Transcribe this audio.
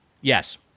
Yes